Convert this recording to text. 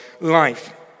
life